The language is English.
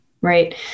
right